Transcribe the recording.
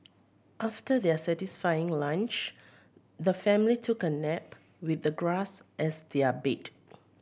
after their satisfying lunch the family took a nap with the grass as their bed